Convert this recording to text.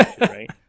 Right